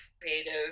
creative